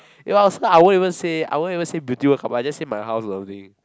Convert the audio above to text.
If I was her I won't even say I won't even say Beauty-World carpark I just say my house or something